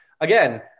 again